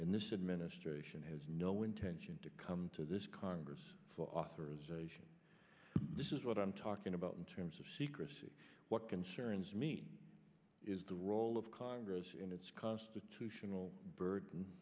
in this administration has no intention to come to this congress for authorization this is what i'm talking about in terms of seeker what concerns me is the role of congress in its constitutional bur